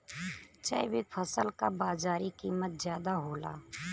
जैविक फसल क बाजारी कीमत ज्यादा होला